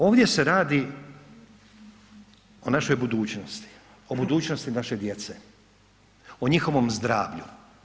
Ovdje se radi o našoj budućnosti, o budućnosti naše djece, o njihovom zdravlju.